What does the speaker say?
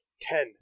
Ten